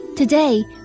Today